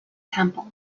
temple